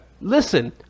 Listen